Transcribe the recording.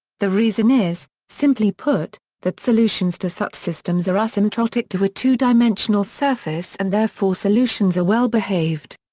the reason is, simply put, that solutions to such systems are asymptotic to a two-dimensional surface and therefore solutions are well behaved.